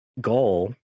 goal